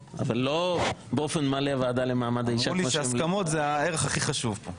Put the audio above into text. אמרה כמה זה חשוב ללכת לפי המלצות הייעוץ המשפטי,